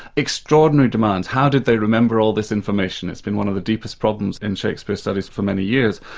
extraordinary demands how did they remember all this information? it's been one of the deepest problems in shakespeare studies for many years.